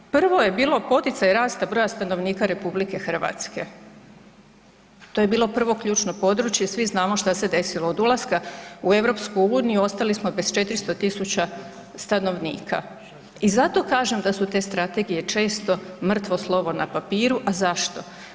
Prvo je bilo poticaj rasta broja stanovnika RH, to je bilo prvo ključno područje, svi znamo šta se desilo, od ulaska u EU ostali smo bez 400 000 stanovnika i zato kažem da su te strategije često mrtvo slovo na papiru, a zašto?